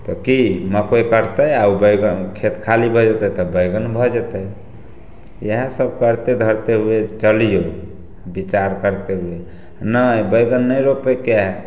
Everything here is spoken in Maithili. तऽ की मकइ कटतइ आओर उ बै खेत खाली भऽ जेतइ तऽ बैंगन भऽ जेतइ इएह सब करते धरते हुए चलियौ विचार करते हुए नहि बैंगन नहि रोपयके हइ